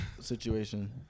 situation